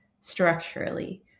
structurally